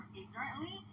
ignorantly